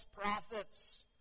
prophets